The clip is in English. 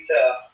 tough